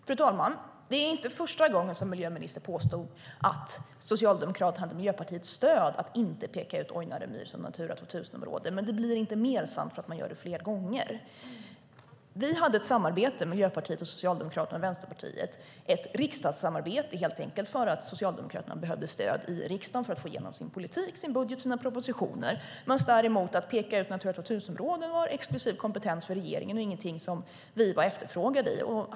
Fru talman! Det är inte första gången som miljöministern påstår att Socialdemokraterna hade Miljöpartiets stöd för att inte peka ut Ojnare myr som Natura 2000-område. Men det blir inte mer sant för att hon gör det flera gånger. Vi hade ett riksdagssamarbete mellan Miljöpartiet, Socialdemokraterna och Vänsterpartiet helt enkelt därför att Socialdemokraterna behövde stöd i riksdagen för att få igenom sin politik, sin budget och sina propositioner. Däremot att peka ut Natura 2000-områden var en exklusiv kompetens för regeringen och ingenting som vi var efterfrågade i.